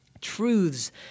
Truths